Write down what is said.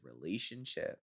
relationship